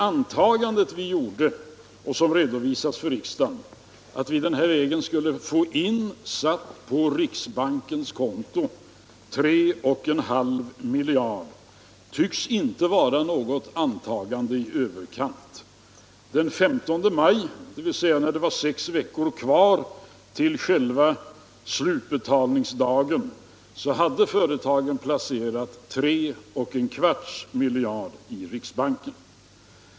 Antagandet vi gjorde, vilket har redovisats för riksdagen, att vi den här vägen skulle få insatt på riksbankens konto 3 1 4 miljarder i riksbanken.